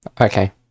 okay